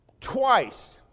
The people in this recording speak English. twice